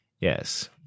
Yes